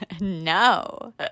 no